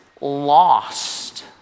lost